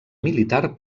militar